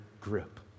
grip